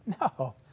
No